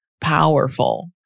powerful